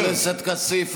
חבר הכנסת כסיף,